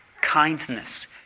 kindness